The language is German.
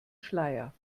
schleier